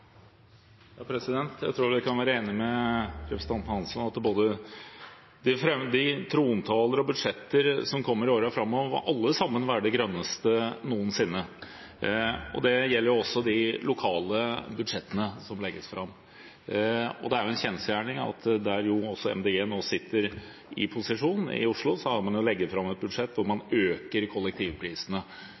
Jeg tror jeg kan være enig med representanten Hansson i at både de trontaler og de budsjetter som kommer i årene framover, alle må være de grønneste noensinne. Det gjelder også de lokale budsjettene som legges fram. Det er en kjensgjerning at der også Miljøpartiet De Grønne nå sitter i posisjon, i Oslo, har man lagt fram et budsjett hvor man øker kollektivprisene.